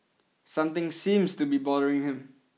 something seems to be bothering him